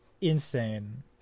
insane